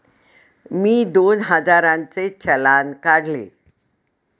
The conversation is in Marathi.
मी दोन हजारांचे चलान काढले